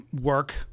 work